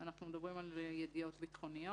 אנחנו מדברים על ידיעות ביטחוניות,